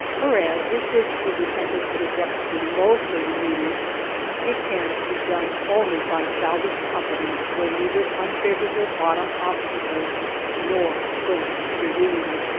whereas if this is attempted at a depth below thirty meters it can be done only by salvage companies where neither unfavorable bottom obstacles nor currents intervene.